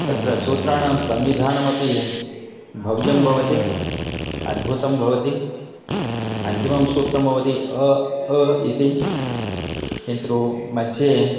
तत्र सूत्राणं संमिधानमपि भव्यं भवति अद्भुतं भवति अन्तिमं सूत्रं भवति अ अ इति किन्तु मध्ये